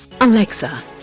Alexa